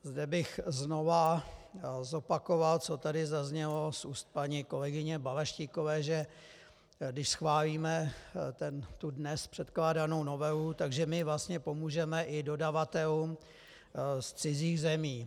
Zde bych znova zopakoval, co tady zaznělo z úst paní kolegyně Balaštíkové, že když schválíme tu dnes předkládanou novelu, že my vlastně pomůžeme i dodavatelům z cizích zemí.